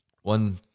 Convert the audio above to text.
one